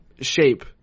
shape